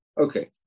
Okay